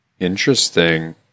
Interesting